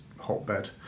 hotbed